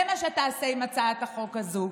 זה מה שתעשה עם הצעת החוק הזו,